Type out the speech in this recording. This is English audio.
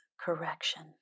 correction